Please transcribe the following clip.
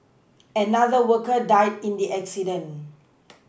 another worker died in the accident